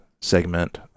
segment